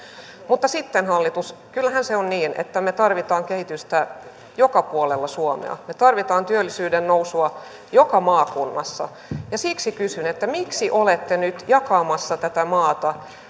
mutta hallitus kyllähän se on niin että me tarvitsemme kehitystä joka puolella suomea me tarvitsemme työllisyyden nousua joka maakunnassa ja siksi kysyn miksi olette nyt jakamassa tätä maata